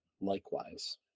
likewise